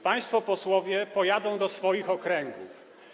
Państwo posłowie pojadą do swoich okręgów.